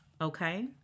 Okay